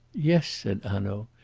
yes, said hanaud.